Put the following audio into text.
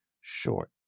short